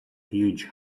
huge